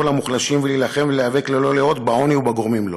למוחלשים ולהילחם ולהיאבק ללא לאות בעוני ובגורמים לו.